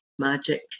magic